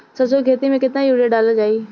सरसों के खेती में केतना यूरिया डालल जाई?